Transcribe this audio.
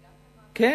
זה גם כן משהו, כן.